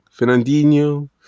Fernandinho